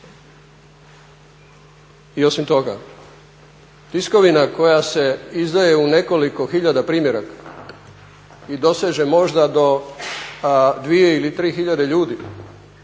I osim toga tiskovina koja se izdaje u nekoliko tisuća primjeraka i doseže možda do 2 ili 3 tisuće ljudi